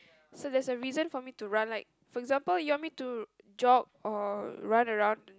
so there's a reason for me to run like for example you want me to jog or run around